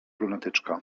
lunatyczka